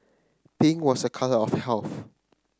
pink was a colour of health